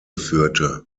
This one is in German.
führte